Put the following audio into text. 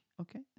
Okay